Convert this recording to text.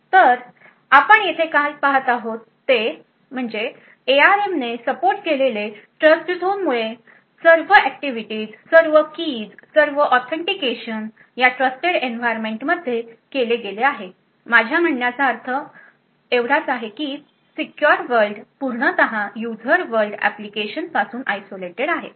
तर आपण येथे काय पाहत आहात ते एआरएमने सपोर्ट केलेले ट्रस्टझोनमुळे सर्व ऍक्टिव्हिटीज सर्व कीजसर्व ऑथेंटिकेशन या ट्रस्टेड एन्व्हायरमेंटमध्ये केले गेले आहे माझ्या म्हणण्याचा अर्थ म्हणजे सीक्युर वर्ल्ड हे पूर्णतः यूजर वर्ल्ड एप्लीकेशन पासून आयसोलेटेड आहे